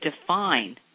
define